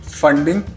funding।